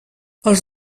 els